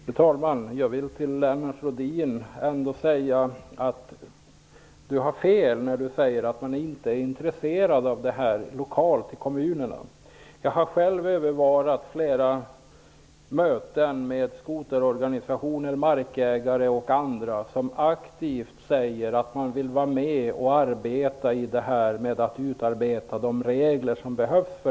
Fru talman! Jag vill säga till Lennart Rohdin att han har fel när han säger att man inte är intresserad av detta lokalt, ute i kommunerna. Jag har själv övervarit flera möten med skoterorganisationer, markägare och andra som säger att de vill vara med aktivt och utarbeta de regler som behövs.